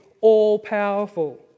all-powerful